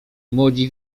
młodzi